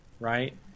right